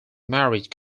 marriage